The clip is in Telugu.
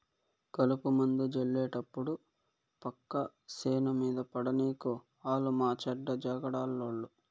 కలుపుమందు జళ్లేటప్పుడు పక్క సేను మీద పడనీకు ఆలు మాచెడ్డ జగడాలోళ్ళు